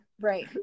right